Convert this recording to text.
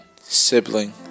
sibling